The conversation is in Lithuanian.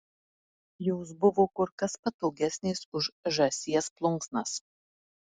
jos buvo kur kas patogesnės už žąsies plunksnas